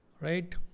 right